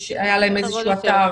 שהיה להם איזשהו אתר.